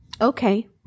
okay